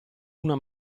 una